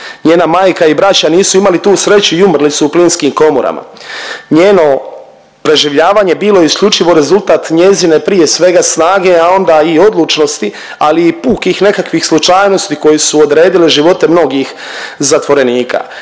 Njena majka i braća nisu imali tu sreću i umrli su u plinskim komorama. Njeno preživljavanje bilo je isključivo rezultat njezine prije svega snage, a onda i odlučnosti ali i pukih nekakvih slučajnosti koje su odredile živote mnogih zatvorenika.